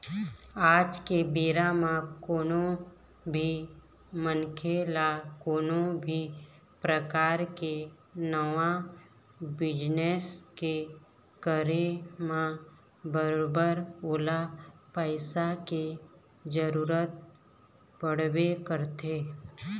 आज के बेरा म कोनो भी मनखे ल कोनो भी परकार के नवा बिजनेस के करे म बरोबर ओला पइसा के जरुरत पड़बे करथे